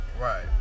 Right